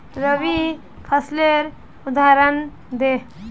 रवि फसलेर उदहारण दे?